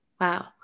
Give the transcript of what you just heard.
Wow